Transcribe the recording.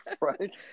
Right